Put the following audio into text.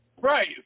Right